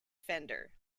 fender